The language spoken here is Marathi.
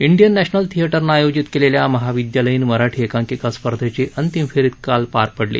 इंडिअन नॅशनल थिएटरनंआयोजित केलेल्या महाविद्यालयीन मराठी एकांकिका स्पर्धेची अंतिम फेरी काल पार पडली